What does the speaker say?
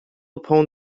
upon